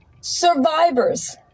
survivors